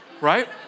right